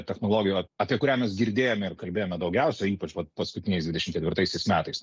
technologijų apie kurią mes girdėjome ir kalbėjome daugiausiai ypač vat paskutiniais dvidešimt ketvirtaisiais metais